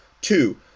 Two